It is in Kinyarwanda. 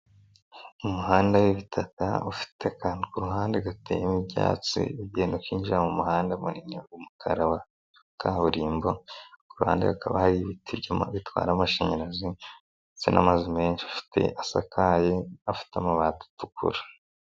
Umuhanda w'ibitata ufite akantu ku ruhande gateyemo ibyatsi ugenda ukinwinjira mu muhanda w'umukara wa kaburimbo ku ruhande hakaba hari ibiti bitwara amashanyarazi ndetse n'amazu menshi afite asakaye afite amabati atukura.